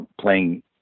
playing